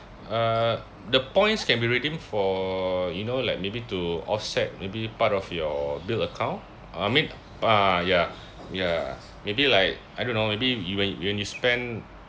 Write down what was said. uh the points can be redeemed for you know like maybe to offset maybe part of your bill account I mean ah ya ya maybe like I don't know maybe you when when you spend